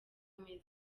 ameze